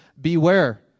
Beware